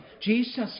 Jesus